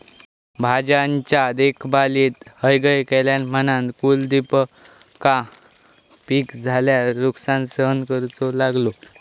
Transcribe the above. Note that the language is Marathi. भाज्यांच्या देखभालीत हयगय केल्यान म्हणान कुलदीपका पीक झाल्यार नुकसान सहन करूचो लागलो